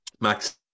Max